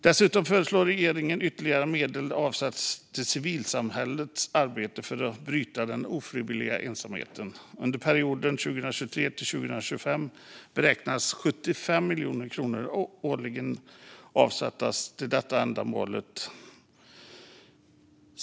Dessutom föreslår regeringen att ytterligare medel avsätts till civilsamhällets arbete för att bryta den ofrivilliga ensamheten. Under perioden 2023-2025 beräknas 75 miljoner kronor årligen avsättas för ändamålet.